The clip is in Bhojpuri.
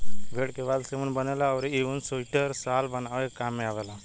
भेड़ के बाल से ऊन बनेला अउरी इ ऊन सुइटर, शाल बनावे के काम में आवेला